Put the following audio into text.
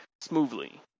smoothly